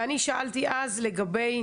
ואני שאלתי אז לגבי